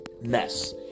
mess